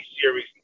series